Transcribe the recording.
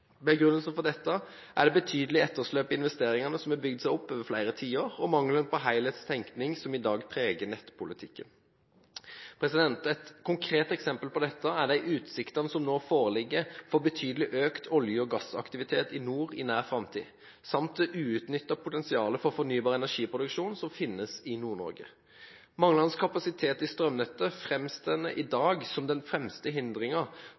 Begrunnelsen for dette er det betydelige etterslepet i investeringer som har bygd seg opp over flere tiår, og mangelen på helhetstenkning som i dag preger nettpolitikken. Et konkret eksempel på dette er de utsiktene som nå foreligger for betydelig økt olje- og gassaktivitet i nord i nær framtid samt det uutnyttede potensialet for fornybar energiproduksjon som finnes i Nord-Norge. Manglende kapasitet i strømnettet framstår i dag som den fremste